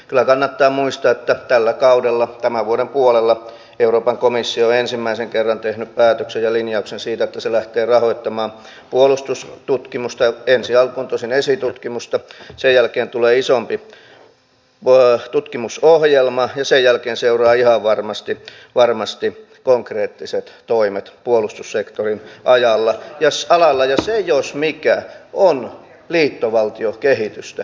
kyllä kannattaa muistaa että tällä kaudella tämän vuoden puolella euroopan komissio on ensimmäisen kerran tehnyt päätöksen ja linjauksen siitä että se lähtee rahoittamaan puolustustutkimusta ensi alkuun tosin esitutkimusta sen jälkeen tulee isompi tutkimusohjelma ja sen jälkeen seuraavat ihan varmasti konkreettiset toimet puolustussektorin alalla ja se jos mikä on liittovaltiokehitystä